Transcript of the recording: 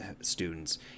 students